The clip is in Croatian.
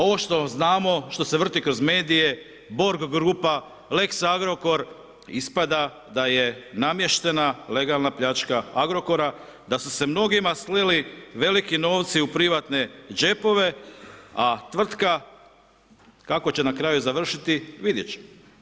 Ovo što znamo, što se vrti kroz medije, Borg grupa, lex Agrokor, ispada je namještena, legalna pljačka Agrokora, da su se mnogima slili veliki novci u privatne džepove a tvrtka kako će na kraju završiti, vidjet ćemo.